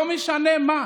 לא משנה מה.